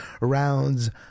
rounds